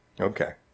Okay